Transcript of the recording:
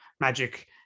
magic